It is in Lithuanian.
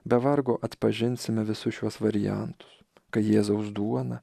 be vargo atpažinsime visus šiuos variantus kai jėzaus duona